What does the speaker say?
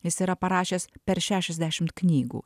jis yra parašęs per šešiasdešimt knygų